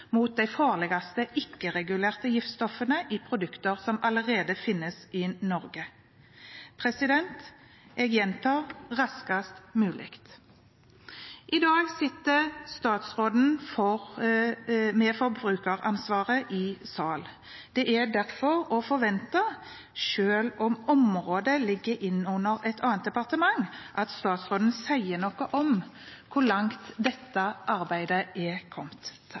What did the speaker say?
mot de farligste ikke-regulerte giftstoffene i produkter som allerede finnes i Norge. Jeg gjentar: raskest mulig. I dag sitter statsråden med forbrukeransvaret i salen. Det er derfor å forvente, selv om området ligger under et annet departement, at statsråden sier noe om hvor langt dette arbeidet er kommet.